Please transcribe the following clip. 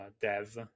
dev